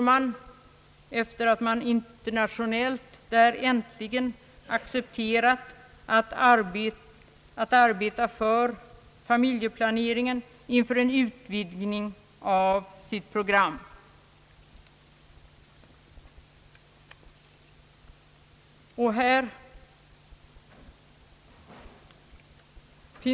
I UNICEF står man, efter att äntligen ha accepterat arbete för familjeplanering, inför en utvidgning av sitt program.